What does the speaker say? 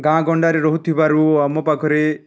ଗାଁ ଗଣ୍ଡାରେ ରହୁଥିବାରୁ ଆମ ପାଖରେ